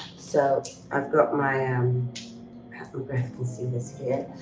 so i've got my um pat mcgrath concealers here.